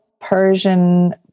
persian